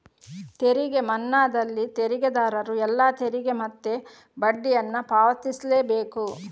ತೆರಿಗೆ ಮನ್ನಾದಲ್ಲಿ ತೆರಿಗೆದಾರರು ಎಲ್ಲಾ ತೆರಿಗೆ ಮತ್ತೆ ಬಡ್ಡಿಯನ್ನ ಪಾವತಿಸ್ಲೇ ಬೇಕು